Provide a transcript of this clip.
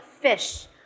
fish